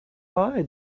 lie